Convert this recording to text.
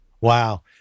Wow